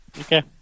Okay